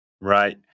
Right